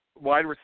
wide